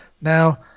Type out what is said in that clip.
now